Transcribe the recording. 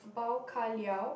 pau-kar-liao